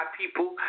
people